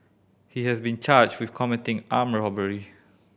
he has been charged with committing armed robbery